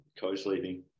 co-sleeping